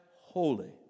holy